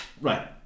Right